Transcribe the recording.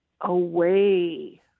away